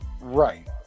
Right